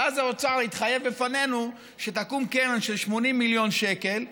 ואז האוצר התחייב בפנינו שתקום קרן של 80 מיליון שקל,